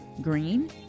green